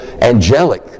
angelic